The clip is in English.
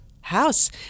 house